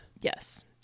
Yes